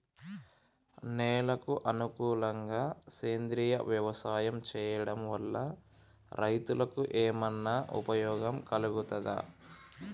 నేలకు అనుకూలంగా సేంద్రీయ వ్యవసాయం చేయడం వల్ల రైతులకు ఏమన్నా ఉపయోగం కలుగుతదా?